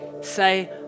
Say